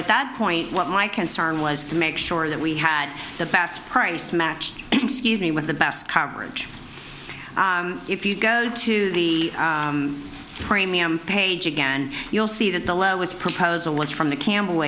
at that point what my concern was to make sure that we had the best price match excuse me with the best coverage if you go to the premium page again you'll see that the lowest proposal was from the campbell